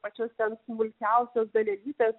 pačiose ten smulkiausios dalelytės